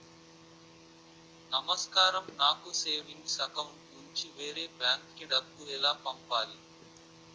నమస్కారం నాకు savings account నుంచి వేరే బ్యాంక్ కి డబ్బు ఎలా పంపాలి?